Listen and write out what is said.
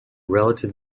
relative